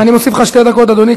אני מוסיף לך שתי דקות, אדוני.